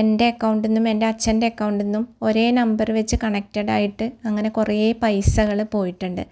എൻ്റെ അക്കൗണ്ടിൽ നിന്നും എൻ്റെ അച്ഛൻ്റെ അക്കൗണ്ടിൽ നിന്നും ഒരേ നമ്പർ വച്ച് കണക്റ്റടായിട്ട് അങ്ങനെ കുറേ പൈസകൾ പോയിട്ടൂണ്ട്